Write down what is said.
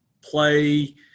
play